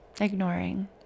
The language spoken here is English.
ignoring